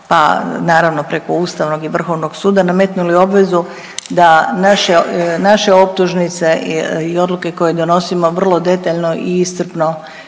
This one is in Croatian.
pa naravno preko Ustavnog i Vrhovnog suda nametnuli obvezu da naše, naše optužnice i odluke koje donosimo vrlo detaljno i iscrpno